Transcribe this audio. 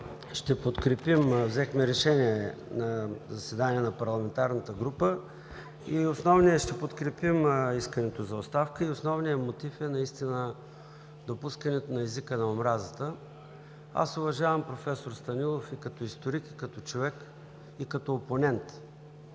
ще подкрепим, взехме решение на заседание на парламентарната група, искането за оставка и основният мотив е наистина допускането на езика на омразата. Аз уважавам професор Станилов и като историк, и като човек, и като опонент,